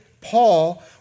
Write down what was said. Paul